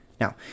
Now